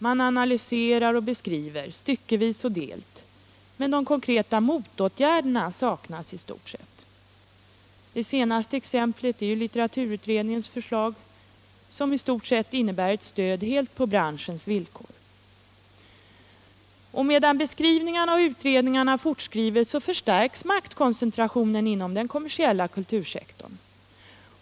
Man analyserar och beskriver styckevis och delt, men de konkreta motåtgärderna saknas i stort sett. Det senaste exemplet är litteraturutredningens förslag, som i stort sett innebär ett stöd helt på branschens villkor. ” Och medan beskrivningarna och utredningarna fortskrider, så förstärks maktkoncentrationen inom den kommersiella kultursektorn.